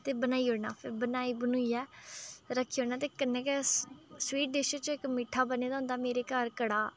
ते बनाई ओड़ना फिर बनाई बनुइयै रक्खी ओड़ना ते कन्नै गै स्वीट डिश च इक मिट्ठा बने दा होंदा मेरे घर कड़ाह्